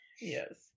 Yes